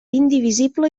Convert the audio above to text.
indivisible